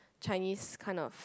Chinese kind of